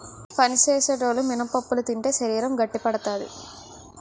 పని సేసేటోలు మినపప్పులు తింటే శరీరం గట్టిపడతాది